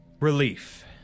Relief